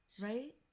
Right